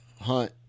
hunt